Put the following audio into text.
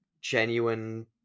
genuine